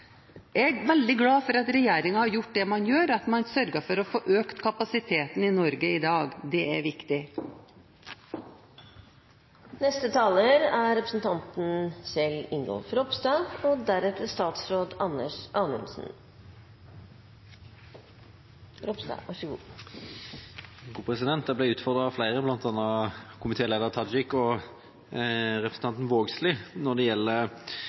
Jeg er veldig glad for at regjeringen har gjort det den har gjort, at man har sørget for få økt kapasiteten i Norge i dag. Det er viktig. Jeg ble utfordret av flere, bl.a. komiteens leder, Tajik, og representanten Vågslid, når det